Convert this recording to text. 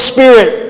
Spirit